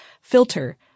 filter